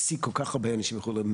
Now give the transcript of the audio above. שהפסיקו חריגות הבנזן כמו שנאמר כאן קודם.